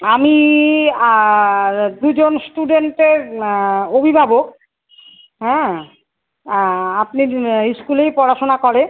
আমি আর দুজন স্টুডেন্টের অভিভাবক হ্যাঁ আপনার স্কুলেই পড়াশোনা করে